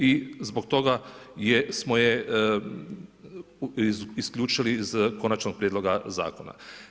I zbog toga smo je isključili iz konačnog prijedloga zakona.